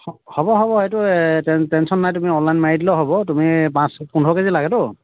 হ'ব হ'ব সেইটো টেনশ্যন নাই তুমি অনলাইন মাৰি দিলেও হ'ব তুমি পাঁচ পোন্ধৰ কেজি লাগেতো